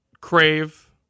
crave